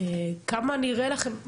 כמה נראה לכם,